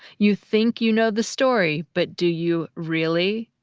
you think you know the story, but do you really?